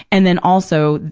and then, also,